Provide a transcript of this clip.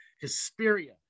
Hesperia